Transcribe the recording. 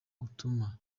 gutuma